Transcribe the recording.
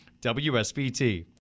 WSBT